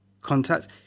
contact